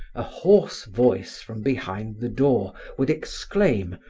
a hoarse voice from behind the door would exclaim,